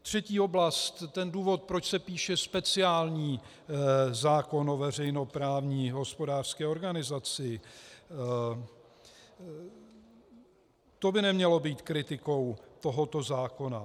Třetí oblast, ten důvod, proč se píše speciální zákon o veřejnoprávní hospodářské organizaci, to by nemělo být kritikou tohoto zákona.